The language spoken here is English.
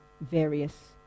various